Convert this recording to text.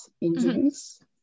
injuries